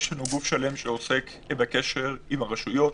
יש לנו גוף שלם שעוסק בקשר עם הרשויות,